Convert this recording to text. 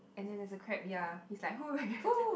and then there's a crab ya he's like